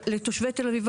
לתושבי תל אביב,